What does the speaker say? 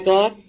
God